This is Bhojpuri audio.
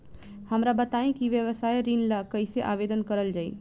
हमरा बताई कि व्यवसाय ऋण ला कइसे आवेदन करल जाई?